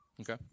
Okay